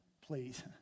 Please